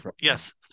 yes